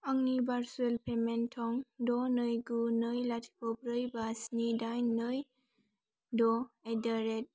आंनि भारसुएल पेमेन्ट थं द' नै गु नै लाथिख' ब्रै बा स्नि दाइन नै द' एड्डारेट